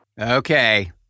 Okay